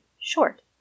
short